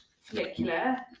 follicular